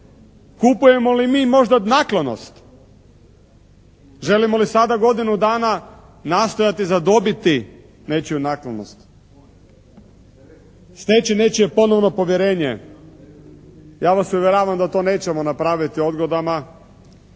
Kupujemo li mi možda naklonost? Želimo li sada godinu dana nastojati zadobiti nečiju naklonost? Steći nečije ponovno povjerenje? Ja vas uvjeravam da to nećemo napraviti odgodama